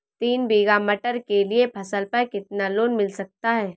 तीन बीघा मटर के लिए फसल पर कितना लोन मिल सकता है?